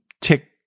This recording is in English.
tick